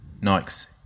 Nike's